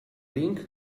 link